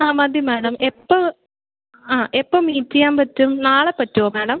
ആ മതി മാഡം എപ്പം ആ എപ്പം മീറ്റ് ചെയ്യാൻ പറ്റും നാളെ പറ്റുമോ മാഡം